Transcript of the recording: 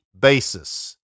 basis